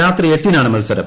രാത്രി എട്ടിനാണ് മത്സരം